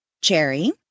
Cherry